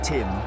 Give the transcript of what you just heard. Tim